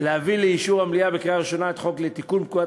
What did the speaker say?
להביא לאישור המליאה בקריאה ראשונה את הצעת חוק לתיקון פקודת